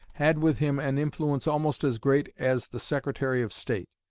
had with him an influence almost as great as the secretary of state.